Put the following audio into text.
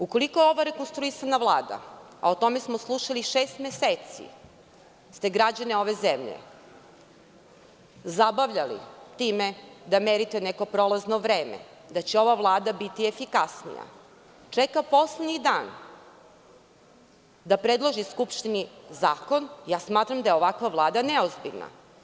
Ukoliko ova rekonstruisana Vlada, a o tome smo slušali šest meseci, da ste građane ove zemlje zabavljali time da merite neko prolazno vreme, da će ova Vlada biti efikasnija, čeka poslednji dan da predloži Skupštini zakon, smatram da je ovakva Vlada neozbiljna.